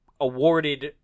Awarded